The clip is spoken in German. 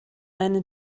eine